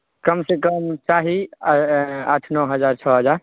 आओर यहाँ उपज भी सब चीज के उपज भी ठीक छै